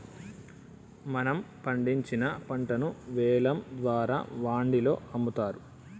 మనం పండించిన పంటను వేలం ద్వారా వాండిలో అమ్ముతారు